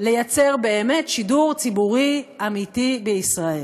לייצר באמת שידור ציבורי אמיתי בישראל.